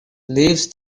leaves